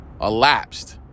elapsed